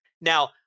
Now